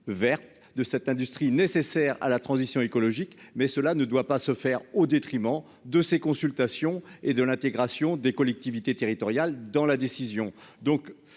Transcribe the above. verte de cette industrie nécessaires à la transition écologique mais cela ne doit pas se faire au détriment de ses consultations et de l'intégration des collectivités territoriales dans la décision.